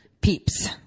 Peeps